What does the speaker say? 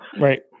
right